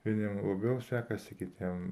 vieniem labiau sekasi kitiem